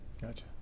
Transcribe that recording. Gotcha